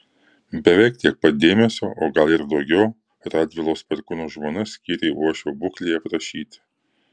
beveik tiek pat dėmesio o gal ir daugiau radvilos perkūno žmona skyrė uošvio būklei aprašyti